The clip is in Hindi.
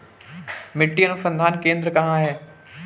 मिट्टी अनुसंधान केंद्र कहाँ है?